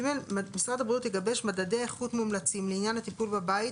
(ג)משרד הבריאות יגבש מדדי איכות מומלצים לעניין הטיפול בבית,